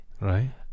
Right